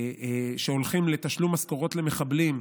שהולכים לתשלום משכורות למחבלים,